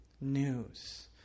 news